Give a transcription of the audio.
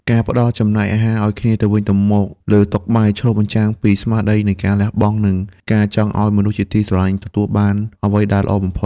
ការផ្ដល់ចំណែកអាហារឱ្យគ្នាទៅវិញទៅមកលើតុបាយ ឆ្លុះបញ្ចាំងពីស្មារតីនៃការលះបង់ និងការចង់ឱ្យមនុស្សជាទីស្រឡាញ់ទទួលបានអ្វីដែលល្អបំផុត។